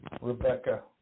Rebecca